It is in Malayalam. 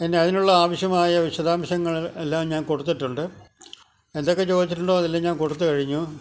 ഞാനതിനുള്ള ആവശ്യമായ വിശദാംശങ്ങൾ എല്ലാം ഞാൻ കൊടുത്തിട്ടുണ്ട് എന്തൊക്കെ ചോദിച്ചിട്ടുണ്ടോ അതെല്ലാം ഞാൻ കൊടുത്ത് കഴിഞ്ഞു